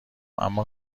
اما